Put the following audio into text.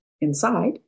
inside